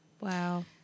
Wow